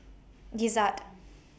Gizzard